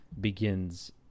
begins